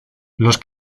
los